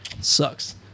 sucks